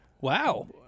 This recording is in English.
Wow